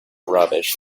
rubbish